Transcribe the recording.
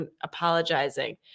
apologizing